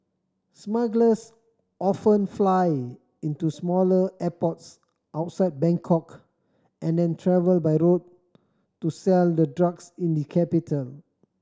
smugglers often fly into smaller airports outside Bangkok and then travel by road to sell the drugs in the capital